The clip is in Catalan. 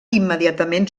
immediatament